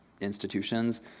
institutions